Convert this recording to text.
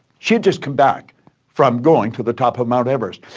she'd just come back from going to the top of mt. everest.